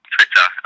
Twitter